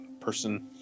person